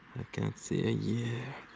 can't see a year.